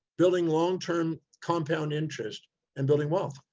building longterm compound interest and building wealth.